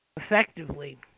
effectively